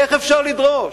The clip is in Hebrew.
איך אפשר לדרוש?